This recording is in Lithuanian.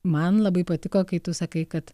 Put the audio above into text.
man labai patiko kai tu sakai kad